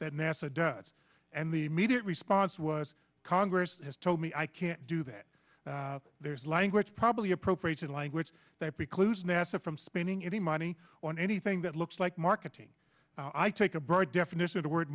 that nasa does and the immediate response was congress has told me i can't do that there's language probably appropriated language that precludes nasa from spending any money on anything that looks like marketing i take a broad definition of the word